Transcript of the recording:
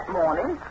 morning